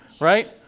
right